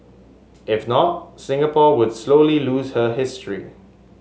if not Singapore would slowly lose her history